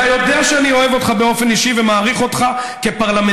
אתה יודע שאני אוהב אותך באופן אישי ומעריך אותך כפרלמנטר.